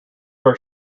are